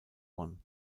one